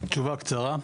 תשובה קצרה,